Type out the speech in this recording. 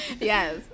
Yes